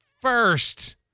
first